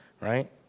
Right